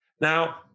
Now